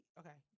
okay